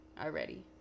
already